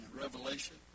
revelation